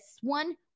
one